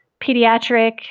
pediatric